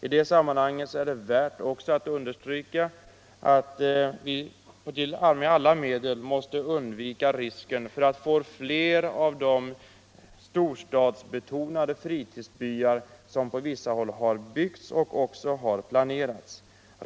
I det sammanhanget bör understrykas, att vi med alla medel måste försöka undvika risken för att få flera sådana storstadsbetonade fritidsbyar som byggts på vissa håll eller som nu planeras.